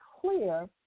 clear